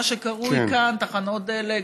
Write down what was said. מה שקרוי כאן תחנות דלק,